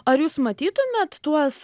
ar jūs matytumėt tuos